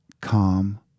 calm